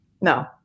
No